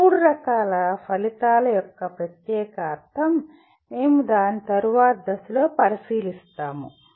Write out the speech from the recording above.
ఈ మూడు రకాల ఫలితాల యొక్క ప్రత్యేక అర్ధం మేము దానిని తరువాతి దశలో పరిశీలిస్తాము